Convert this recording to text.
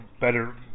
better